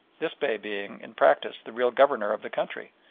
this bey being, in practice, the real governor of the country,